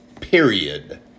period